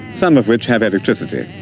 some of which have electricity,